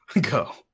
go